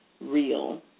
real